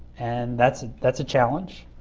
and that's that's a challenge.